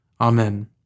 Amen